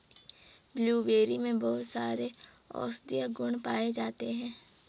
blueberry में बहुत सारे औषधीय गुण पाये जाते हैं